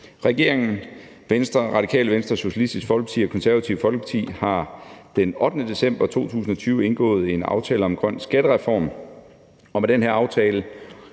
Venstre, Radikale Venstre, Socialistisk Folkeparti og Det Konservative Folkeparti har den 8. december 2020 indgået en aftale om en grøn skattereform, og med den her aftale